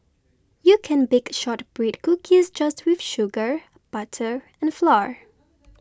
you can bake Shortbread Cookies just with sugar butter and flour